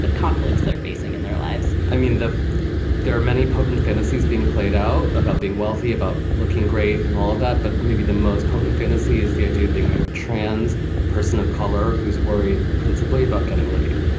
ah conflicts they're facing in their lives i mean, there are many potent fantasies being played out about being wealthy, about looking great and all of that. but maybe the most potent fantasy is the idea of being a trans person of color who's worried principally about getting laid.